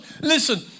Listen